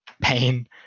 pain